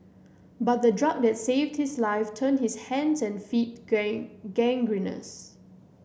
but the drug that saved his life turned his hands and feet gangrenous